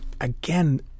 Again